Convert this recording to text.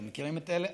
אתם מכירים את אלה,